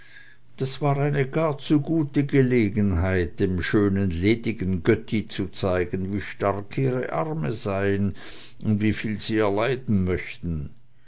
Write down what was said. das war eine gar zu gute gelegenheit dem schönen ledigen götti zu zeigen wie stark ihre arme seien und wieviel sie erleiden möchten